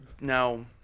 now